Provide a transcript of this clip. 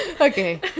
Okay